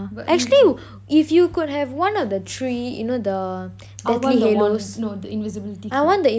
but actually wou~ if you could have one of the three you know the I want the wand no the invisibility cloak